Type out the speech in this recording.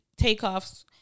takeoffs